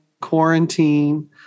quarantine